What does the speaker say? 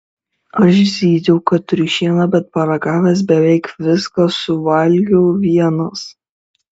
aš zyziau kad triušiena bet paragavęs beveik viską suvalgiau vienas